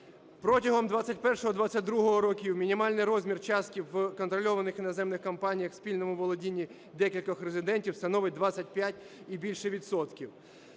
Протягом 21-22-го років мінімальний розмір частки в контрольованих іноземних компаніях в спільному володінні декількох резидентів становить 25 і більше відсотків.